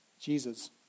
Jesus